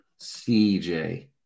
CJ